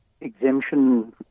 exemption